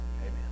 amen